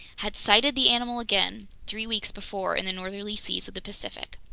had sighted the animal again, three weeks before in the northerly seas of the pacific.